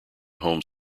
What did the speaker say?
home